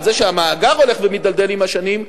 על זה שהמאגר הולך ומידלדל עם השנים,